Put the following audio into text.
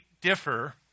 differ